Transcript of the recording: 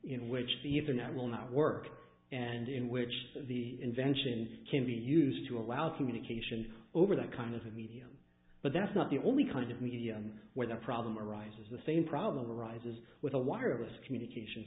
in which the internet will not work and in which the invention can be used to allow communication over that kind of medium but that's not the only kind of medium where the problem arises the same problem arises with a wireless communications